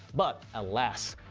but alas,